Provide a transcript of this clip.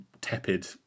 tepid